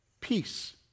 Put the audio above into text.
peace